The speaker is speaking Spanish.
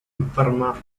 enferma